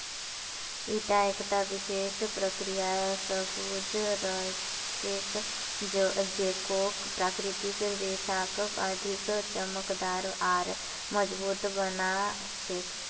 ईटा एकता विशेष प्रक्रिया स गुज र छेक जेको प्राकृतिक रेशाक अधिक चमकदार आर मजबूत बना छेक